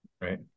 right